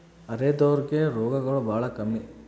ಅರೆದೋರ್ ಗೆ ರೋಗಗಳು ಬಾಳ ಕಮ್ಮಿ